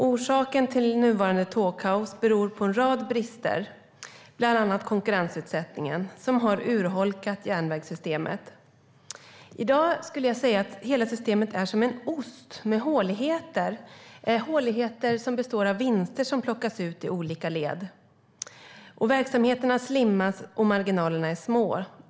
Orsaken till nuvarande tågkaos beror på en rad brister, bland annat konkurrensutsättningen, som har urholkat järnvägssystemet. I dag skulle jag säga att hela systemet är som en ost med håligheter, håligheter som uppstår där vinster plockas ut i olika led. Verksamheterna slimmas, och marginalerna är så små.